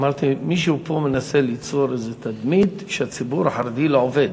אמרתי: מישהו פה מנסה ליצור איזה תדמית שהציבור החרדי לא עובד.